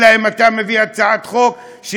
אלא אם אתה מביא הצעת חוק,